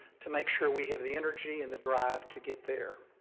to make sure we have the energy and the drive to get there.